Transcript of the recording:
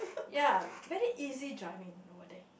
ya very easy driving over there